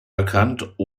erkannt